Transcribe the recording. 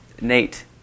Nate